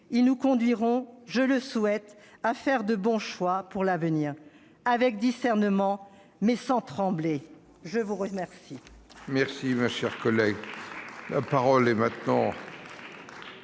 Ils nous conduiront, je le souhaite, à faire les bons choix pour l'avenir. Avec discernement, mais sans trembler ! La parole